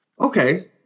okay